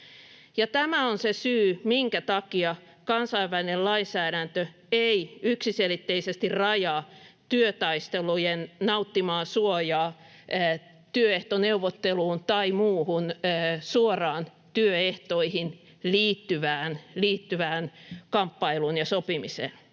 Tämä on se syy, minkä takia kansainvälinen lainsäädäntö ei yksiselitteisesti rajaa työtaistelujen nauttimaa suojaa työehtoneuvotteluun tai muuhun suoraan työehtoihin liittyvään kamppailuun ja sopimiseen.